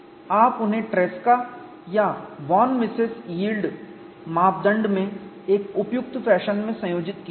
और आप उन्हें ट्रेसका या वॉन मिसेस यील्ड मापदंड में एक उपयुक्त फैशन में संयोजित कीजिए